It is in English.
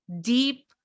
deep